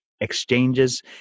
Exchanges